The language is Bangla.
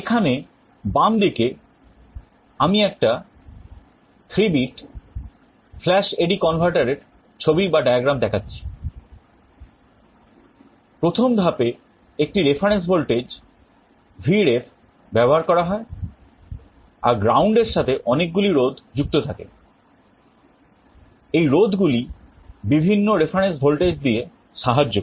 এখানে বাম দিকে আমি একটা 3 বিট flash AD converter এর ছবি ভোল্টেজ দিয়ে সাহায্য করে